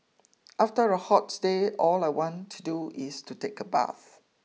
after a hot day all I want to do is to take a bath